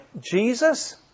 Jesus